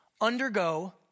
undergo